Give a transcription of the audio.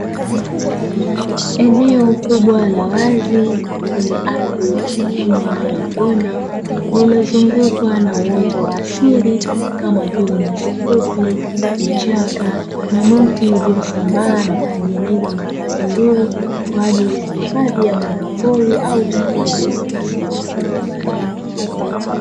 Eneo kubwa la wazi lenye ardhi yenye milima na mabonde limezungukwa na uoto wa asili kama vile nyasi fupi, vichaka na miti iliyosambaa na kutengeneza mandhari nzuri kwa ajili ya hifadhi ya wanyamapori au hifadhi ya misitu.